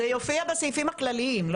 זה יופיע בסעיפים הכלליים.